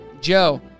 Joe